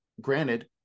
granted